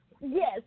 yes